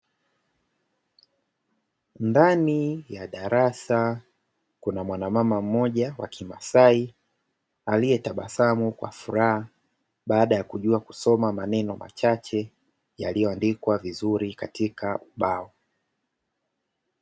Ndani ya darasa kuna mwanamama mmoja wa kimasai aliyetabasamu kwa furaha baada ya kujua kusoma maneno machache yaliyoandikwa vizuri katika ubao.